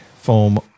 Foam